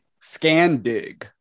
Scandig